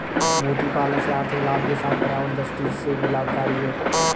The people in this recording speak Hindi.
मोती पालन से आर्थिक लाभ के साथ पर्यावरण दृष्टि से भी लाभकरी है